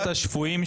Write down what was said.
אבל שמעתי את הנימוק,